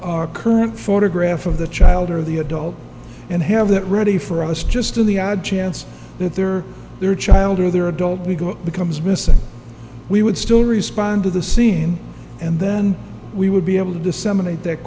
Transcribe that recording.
our current photograph of the child or the adult and have that ready for us just in the odd chance that their their child or their adult we go becomes missing we would still respond to the scene and then we would be able to disseminate that